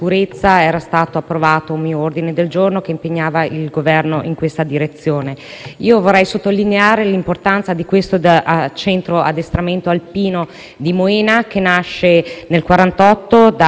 Vorrei sottolineare l'importanza del Centro addestramento alpino di Moena, che nasce nel 1948 da un primo corso di addestramento per sciatori tenuto dagli alpini,